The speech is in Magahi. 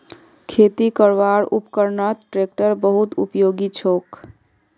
खेती करवार उपकरनत ट्रेक्टर बहुत उपयोगी छोक